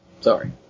Sorry